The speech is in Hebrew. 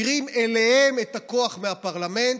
שמעבירים אליהם את הכוח מהפרלמנט.